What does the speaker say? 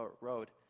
Road